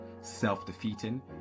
self-defeating